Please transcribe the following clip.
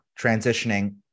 transitioning